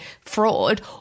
fraud